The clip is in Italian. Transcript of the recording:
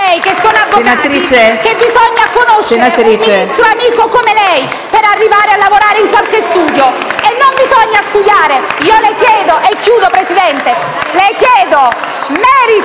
che sono avvocati, che bisogna conoscere un Ministro amico come lei per arrivare a lavorare in qualche studio. Non bisogna studiare. *(Applausi dal Gruppo PD).* Le chiedo merito,